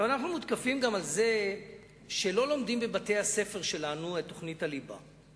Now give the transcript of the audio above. אנחנו מותקפים גם על זה שלא לומדים בבתי-הספר שלנו את תוכנית הליבה.